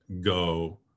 go